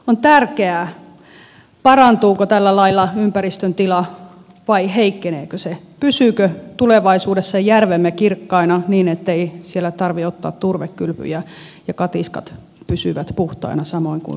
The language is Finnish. on tärkeää parantuuko tällä lailla ympäristön tila vai heikkeneekö se pysyvätkö tulevaisuudessa järvemme kirkkaina niin ettei siellä tarvitse ottaa turvekylpyjä ja katiskat pysyvät puhtaina samoin kuin verkot